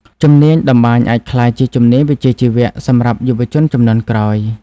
ជំនាញតម្បាញអាចក្លាយជាជំនាញវិជ្ជាជីវៈសម្រាប់យុវជនព្នងជំនាន់ក្រោយ។